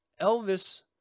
Elvis